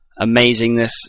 amazingness